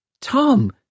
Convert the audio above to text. Tom